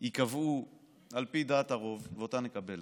ייקבעו על פי דעת הרוב, ואותה נקבל.